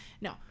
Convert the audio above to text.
no